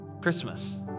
Christmas